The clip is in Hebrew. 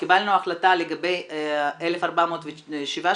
כשקיבלנו החלטה לגבי 1,407 שקלים,